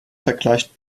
vergleicht